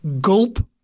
gulp